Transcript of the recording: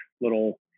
little